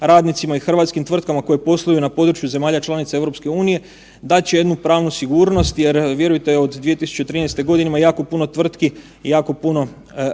radnicima i hrvatskim tvrtkama koje posluju na području zemalja članica EU dat će jednu pravnu sigurnost jer vjerujte od 2013. godine ima jako puno tvrtki i jako puno